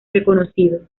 reconocido